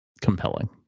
compelling